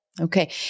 Okay